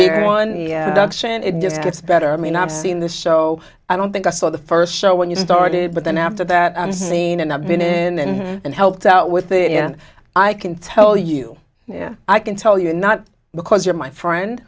that here and it just gets better i mean i've seen the show i don't think i saw the first show when you started but then after that i'm seen and i've been in and helped out with it and i can tell you yeah i can tell you not because you're my friend